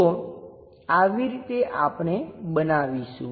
તો આવી રીતે આપણે બનાવીશું